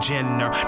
Jenner